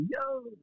yo –